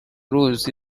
ruzi